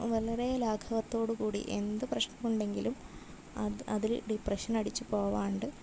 വളരെ ലാഘവത്തോടു കൂടി എന്ത് പ്രശ്നം ഉണ്ടെങ്കിലും അത് അതിൽ ഡിപ്രെഷൻ അടിച്ച് പോവാണ്ട്